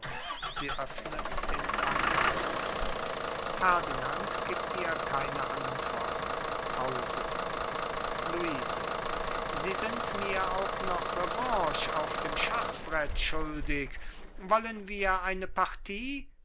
pause luise sie sind mir auch noch revanche auf dem schachbrett schuldig wollen wir eine partie